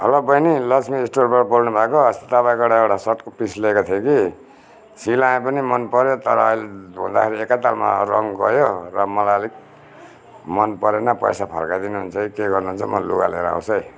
hello बहिनी लक्ष्मी स्टोरबाट बोल्नुभएको अस्ति तपाईँकोबाट सर्टको पिस लिएको थिएँ कि सिलाएँ पनि मन पऱ्यो तर अहिले धुँदाखेरि एकै तालमा रङ्ग गयो र मलाई अलिक मन परेन पैसा फर्काइदिनु हुन्छ कि के गर्नु हुन्छ मो लुगा लिएर आउँछु है